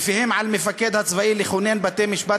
ולפיהם על המפקד הצבאי לכונן בתי-משפט